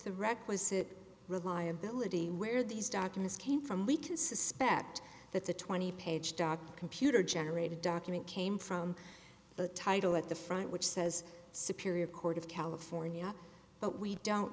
the requisite reliability where these documents came from we can suspect that the twenty page doc computer generated document came from the title at the front which says superior court of california but we don't